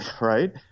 Right